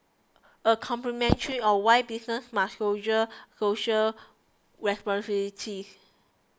a commentary on why businesses must shoulder social responsibilities